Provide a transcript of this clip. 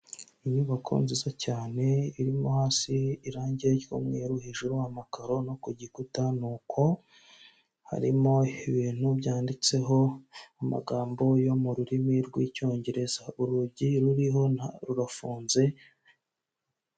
Inyubako nziza cyane irimo hasi irangi ry'umweru hejuru amakaro no ku gikuta nuko, harimo ibintu byanditseho amagambo yo mu rurimi rw'icyongereza urugi ruriho na rurafunze.